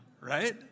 right